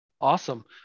Awesome